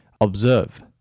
observe